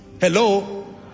hello